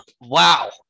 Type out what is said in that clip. Wow